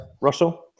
Russell